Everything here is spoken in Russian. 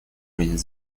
выйдет